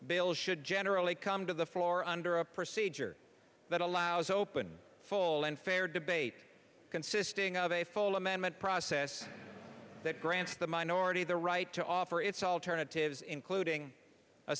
bills should generally come to the floor under a procedure that allows open full and fair debate consisting of a full amendment process that grants the minority the right to all for its alternatives including a